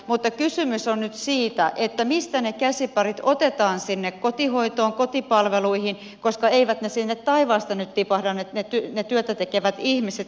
mutta kysymys on nyt siitä mistä ne käsiparit otetaan sinne kotihoitoon kotipalveluihin koska eivät sinne taivaasta nyt tipahda ne työtä tekevät ihmiset